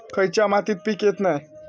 खयच्या मातीत पीक येत नाय?